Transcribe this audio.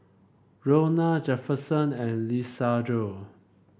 Ronna Jefferson and Lisandro